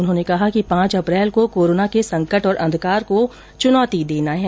उन्होंने कहा कि पांच अप्रैल को कोरोना के संकट और अंधकार को चुनौती देनी है